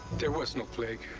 there was no plague.